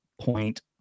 point